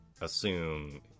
assume